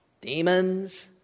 Demons